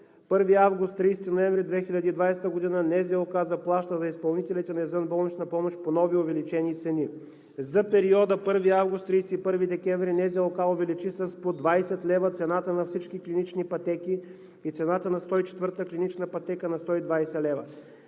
1 август – 30 ноември 2020 г. НЗОК заплаща на изпълнителите на извънболнична помощ по нови увеличени цени. За периода 1 август – 31 декември НЗОК увеличи с по 20 лв. цената на всички клинични пътеки и цената на 104-та клинична пътека на 120 лв.